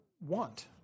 want